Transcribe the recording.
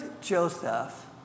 Joseph